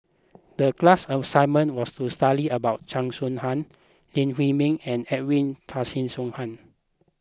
the class assignment was to study about Chan Soh Ha Lee Huei Min and Edwin Tessensohn